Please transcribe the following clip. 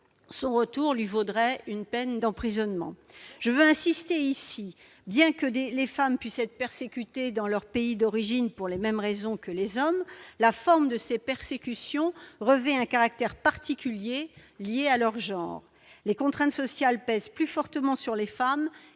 son pays lui vaudrait une peine d'emprisonnement. Bien que les femmes puissent être persécutées dans leur pays pour les mêmes raisons que les hommes, la forme de ces persécutions revêt un caractère particulier, lié à leur genre. Les contraintes sociales pèsent plus fortement sur les femmes